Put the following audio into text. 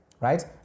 right